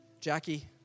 Jackie